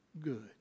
good